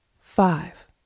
five